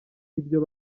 ibyo